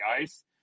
ice